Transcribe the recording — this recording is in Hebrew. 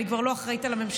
אני כבר לא אחראית לממשלה,